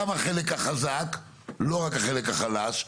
גם החלק החזק לא רק החלק החלש.